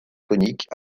coniques